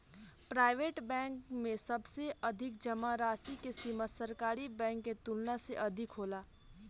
private bank में सबसे कम जामा राशि के सीमा सरकारी बैंक के तुलना में अधिक होला